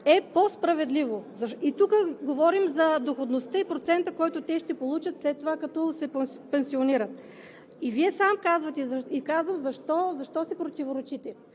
е по-справедливо. Тук говорим за доходността и процента, който те ще получат, след като се пенсионират. И ще кажа защо си противоречите.